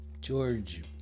George